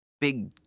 big